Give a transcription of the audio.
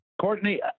Courtney